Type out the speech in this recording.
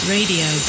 Radio